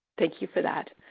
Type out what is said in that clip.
thank you for that.